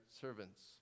servants